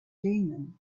demons